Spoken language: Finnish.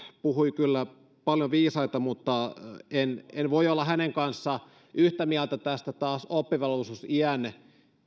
puhui kyllä paljon viisaita mutta en en voi olla hänen kanssaan yhtä mieltä tästä taas oppivelvollisuusiän